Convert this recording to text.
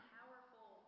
powerful